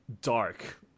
dark